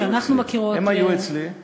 הם היו אצלי.